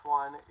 one